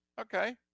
Okay